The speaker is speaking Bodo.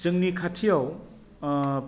जोंनि खाथियाव ओ